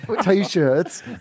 T-shirts